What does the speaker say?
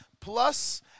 plus